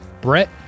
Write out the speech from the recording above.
Brett